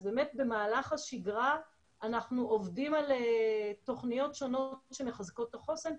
אז באמת במהלך השגרה אנחנו עובדים על תוכניות שונות שמחזקות את החוסן.